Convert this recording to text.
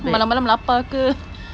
malam-malam lapar ke